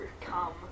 come